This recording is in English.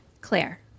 Claire